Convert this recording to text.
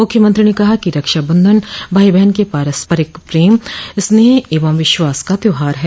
मुख्यमंत्री ने कहा है कि रक्षाबंधन भाई बहन के पारस्परिक प्रेम स्नेह एवं विश्वास का त्यौहार है